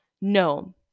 no